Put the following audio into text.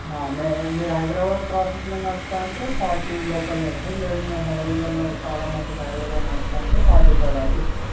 మీ మీరు హైదరాబాద్ ట్రాఫిక్లో నడపతారంటే ఫార్టీ లోపలనే ఇస్తుంది లేదు మీరు హైవేలలో చాలా మటుక్కి హైవేలో నడుపుతా అంటే ఫార్టీ ఫైవ్ దాకా ఇస్తుంది